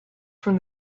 from